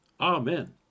Amen